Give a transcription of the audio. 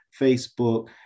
Facebook